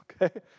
Okay